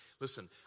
Listen